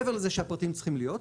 מעבר לזה שהפרטים צריכים להיות,